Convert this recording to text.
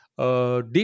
deep